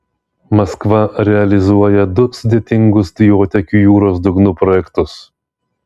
maskva realizuoja du sudėtingus dujotiekių jūros dugnu projektus